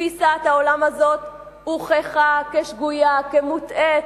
תפיסת העולם הזאת הוכחה כשגויה, כמוטעית,